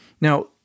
Now